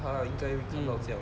mm